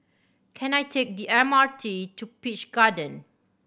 can I take the M R T to Peach Garden